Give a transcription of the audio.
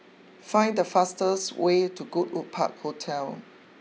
find the fastest way to Goodwood Park Hotel